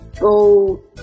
go